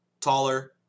taller